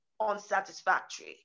unsatisfactory